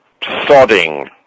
sodding